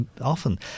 often